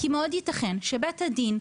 כי מאוד ייתכן שבית הדין,